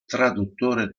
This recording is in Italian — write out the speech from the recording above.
traduttore